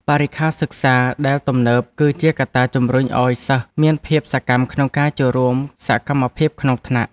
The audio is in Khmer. បរិក្ខារសិក្សាដែលទំនើបគឺជាកត្តាជំរុញឱ្យសិស្សមានភាពសកម្មក្នុងការចូលរួមសកម្មភាពក្នុងថ្នាក់។